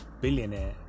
billionaire